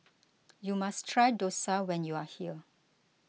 you must try Dosa when you are here